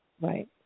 Right